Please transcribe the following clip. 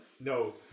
No